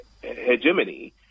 hegemony